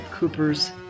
Cooper's